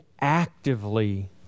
actively